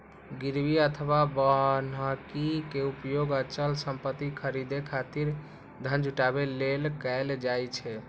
गिरवी अथवा बन्हकी के उपयोग अचल संपत्ति खरीदै खातिर धन जुटाबै लेल कैल जाइ छै